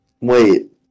Wait